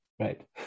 Right